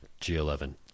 G11